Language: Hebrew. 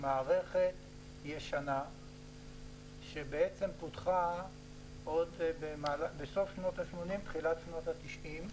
מערכת ישנה שפותחה בסוף שנות השמונים של המאה הקודמת.